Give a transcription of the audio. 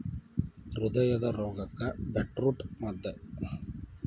ಹೃದಯದ ರೋಗಕ್ಕ ಬೇಟ್ರೂಟ ಮದ್ದ